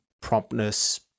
promptness